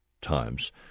times